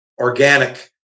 organic